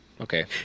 okay